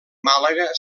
màlaga